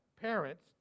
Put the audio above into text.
parents